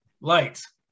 lights